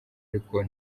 ariko